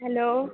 hello